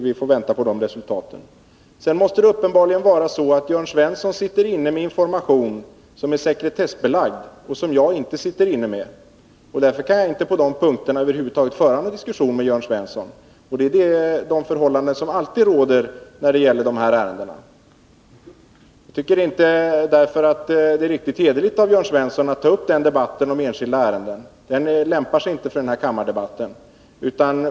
Vi får vänta på resultatet av den prövningen. Jörn Svensson sitter uppenbarligen inne med information som är sekretessbelagd och som jag inte sitter inne med. Därför kan jag inte föra någon diskussion med Jörn Svensson på de punkterna. Det är samma förhållande som alltid råder när det gäller dessa ärenden. Jag tycker därför inte att det är riktigt hederligt av Jörn Svensson att ta upp en debatt om dessa enskilda ärenden. Den lämpar sig inte för kammardebatten.